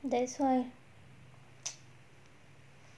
that's why